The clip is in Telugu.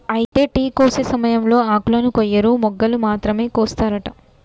అయితే టీ కోసే సమయంలో ఆకులను కొయ్యరు మొగ్గలు మాత్రమే కోస్తారట